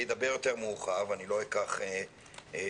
שידבר יותר מאוחר, ואני לא אקח את זכויותיו.